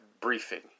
briefing